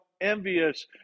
envious